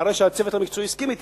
אחרי שהצוות המקצועי הסכים אתי,